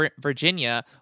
Virginia